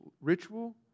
ritual